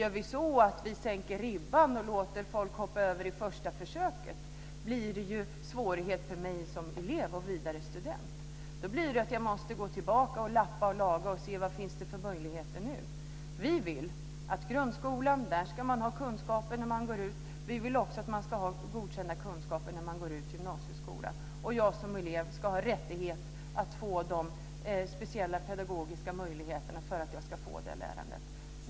Om vi sänker ribban och låter folk hoppa över i första försöket blir det ju svårigheter för mig som elev och senare student. Då måste jag gå tillbaka och lappa och laga och se vad det finns för möjligheter nu. Vi vill att man ska ha kunskaper när man går ut grundskolan. Vi vill också att man ska ha godkända kunskaper när man går ut gymnasieskolan. Jag ska som elev ha rätt att få de speciella pedagogiska möjligheterna att få det lärandet.